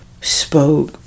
Spoke